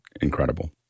incredible